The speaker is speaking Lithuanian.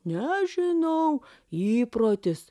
nežinau įprotis